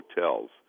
hotels